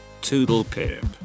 toodlepip